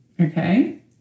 Okay